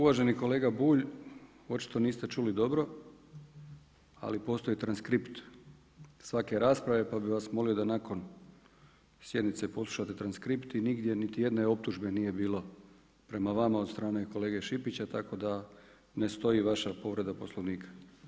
Uvaženi kolega Bulj, očito niste čuli dobro, ali postoji transkript svake rasprave, pa bi vas molio da nakon sjednice poslušate transkript i nigdje niti jedne optužbe nije bilo prema vama od strane kolege Šipića, tako da ne stoji vaša povreda Poslovnika.